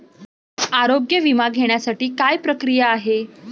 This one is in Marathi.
आरोग्य विमा घेण्यासाठी काय प्रक्रिया आहे?